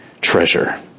treasure